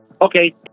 Okay